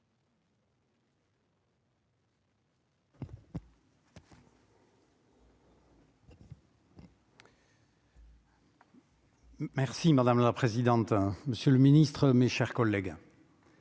Madame la présidente, monsieur le ministre, mes chers collègues,